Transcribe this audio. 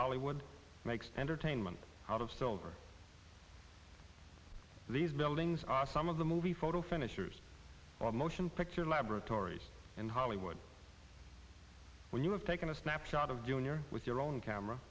hollywood makes entertainment out of solar these buildings are some of the movie photo finishers of motion picture laboratories in hollywood where you have taken a snapshot of junior with your own camera